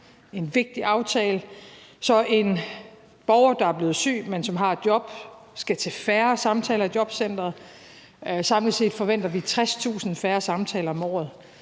en vigtig aftale – så en borger, der er blevet syg, men som har et job, skal til færre samtaler i jobcenteret. Samlet set forventer vi 60.000 færre samtaler om året.